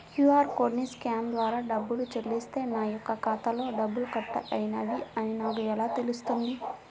QR కోడ్ని scan ద్వారా డబ్బులు చెల్లిస్తే నా యొక్క ఖాతాలో డబ్బులు కట్ అయినవి అని నాకు ఎలా తెలుస్తుంది?